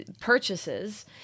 purchases